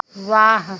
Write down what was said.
वाह